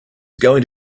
going